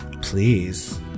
Please